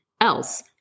else